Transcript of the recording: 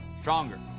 stronger